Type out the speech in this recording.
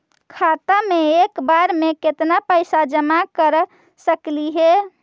खाता मे एक बार मे केत्ना पैसा जमा कर सकली हे?